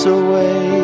away